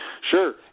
Sure